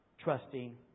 trusting